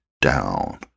down